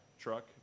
truck